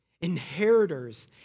Inheritors